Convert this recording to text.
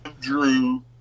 Drew